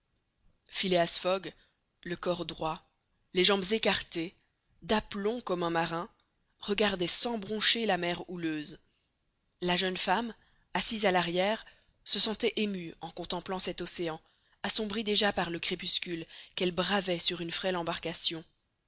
phileas fogg le corps droit les jambes écartées d'aplomb comme un marin regardait sans broncher la mer houleuse la jeune femme assise à l'arrière se sentait émue en contemplant cet océan assombri déjà par le crépuscule qu'elle bravait sur une frêle embarcation